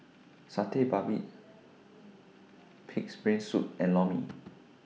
Satay Babat Pig'S Brain Soup and Lor Mee